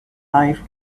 life